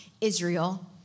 Israel